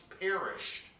perished